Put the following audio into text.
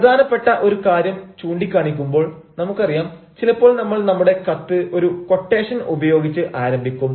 പ്രധാനപ്പെട്ട ഒരു കാര്യം ചൂണ്ടിക്കാണിക്കുമ്പോൾ നമുക്കറിയാം ചിലപ്പോൾ നമ്മൾ നമ്മുടെ കത്ത് ഒരു കൊട്ടേഷൻ ഉപയോഗിച്ച് ആരംഭിക്കും